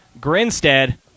Grinstead